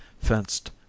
fenced